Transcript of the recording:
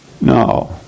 No